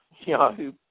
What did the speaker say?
Yahoo